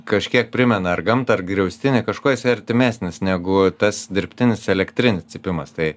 kažkiek primena ar gamtą ar griaustinį kažkuo jisai artimesnis negu tas dirbtinis elektrinis cypimas tai